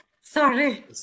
Sorry